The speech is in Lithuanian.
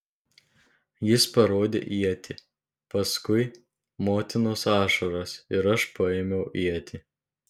jis parodė ietį paskui motinos ašaras ir aš paėmiau ietį